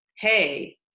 hey